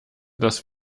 das